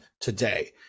today